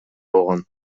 болгон